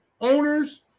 owners